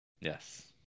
yes